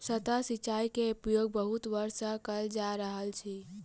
सतह सिचाई के उपयोग बहुत वर्ष सँ कयल जा रहल अछि